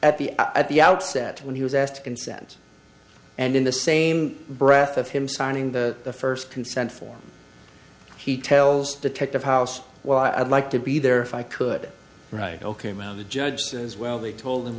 at the at the outset when he was asked to consent and in the same breath of him signing the first consent form he tells detective house well i'd like to be there if i could right ok mount the judge says well they told